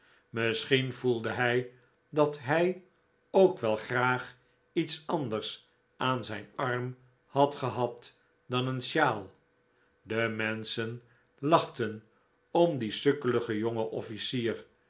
misschien voelde hij dat hij oolc wel graag iets anders aan zijn arm had gehad dan een sjaal de menschen lachten om dien sukkeligen jongen offlcier